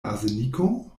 arseniko